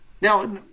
Now